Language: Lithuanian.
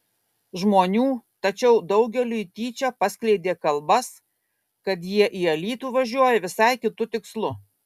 žmonių tačiau daugeliui tyčia paskleidė kalbas kad jie į alytų važiuoja visai kitu tikslu